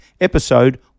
episode